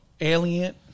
Alien